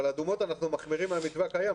אבל האדומות אנחנו מחמירים מהמתווה הקיים,